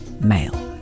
male